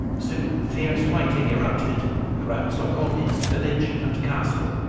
soon fierce fighting erupted around sokolnitz village and castle.